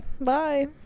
bye